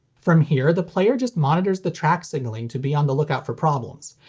from here, the player just monitors the track signalling to be on the lookout for problems.